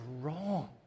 wrong